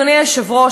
אדוני היושב-ראש,